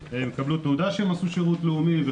שייחשב שירות לאומי.